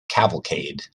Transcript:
cavalcade